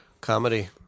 Comedy